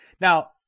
Now